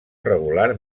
regular